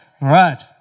Right